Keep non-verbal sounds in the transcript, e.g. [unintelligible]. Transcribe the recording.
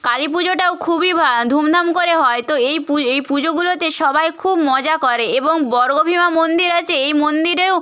কালী পুজোটাও খুবই [unintelligible] ধুমধাম করে হয় তো এই পুজো এই পুজোগুলোতে সবাই খুব মজা করে এবং বর্গভীমা মন্দির আছে এই মন্দিরেও